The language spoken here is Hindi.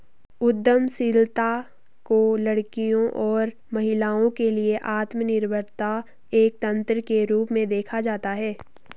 उद्यमशीलता को लड़कियों और महिलाओं के लिए आत्मनिर्भरता एक तंत्र के रूप में देखा जाता है